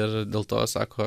ir dėl to sako